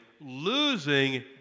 losing